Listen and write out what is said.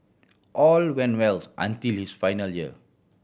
all went wells until his final year